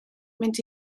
mynd